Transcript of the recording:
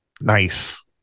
nice